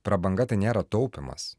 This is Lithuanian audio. prabanga tai nėra taupymas